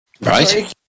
Right